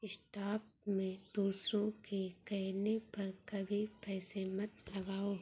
stock में दूसरों के कहने पर कभी पैसे मत लगाओ